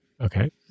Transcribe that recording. Okay